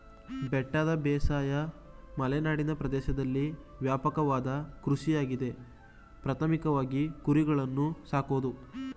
ಬೆಟ್ಟದ ಬೇಸಾಯ ಮಲೆನಾಡಿನ ಪ್ರದೇಶ್ದಲ್ಲಿ ವ್ಯಾಪಕವಾದ ಕೃಷಿಯಾಗಿದೆ ಪ್ರಾಥಮಿಕವಾಗಿ ಕುರಿಗಳನ್ನು ಸಾಕೋದು